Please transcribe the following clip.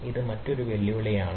ഇത് മറ്റൊരു വലിയ വെല്ലുവിളിയാണ്